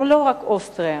לא רק אוסטריה,